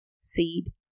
Seed